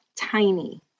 tiny